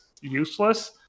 useless